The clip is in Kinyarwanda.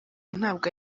ntabwo